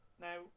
Now